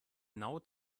genau